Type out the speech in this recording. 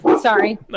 sorry